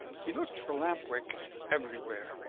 he looked for lamp-wick everywhere,